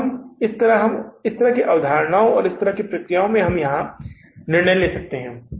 तो इस तरह हम इस तरह की अवधारणाओं और इस तरह की प्रक्रियाओं में यहाँ निर्णय ले सकते हैं